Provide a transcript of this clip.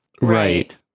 Right